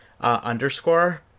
underscore